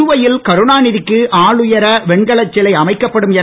புதுவையில் கருணாநிதிக்கு ஆளுயர வெண்கலச் சிலை அமைக்கப்படும் என